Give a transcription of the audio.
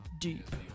deep